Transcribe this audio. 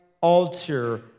altar